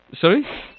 Sorry